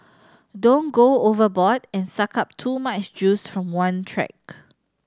don't go overboard and suck up too much juice from one track